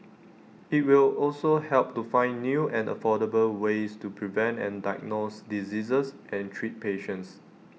IT will also help to find new and affordable ways to prevent and diagnose diseases and treat patients